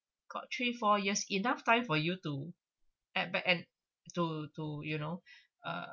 got three four years enough time for you to at back and to to you know uh